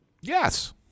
Yes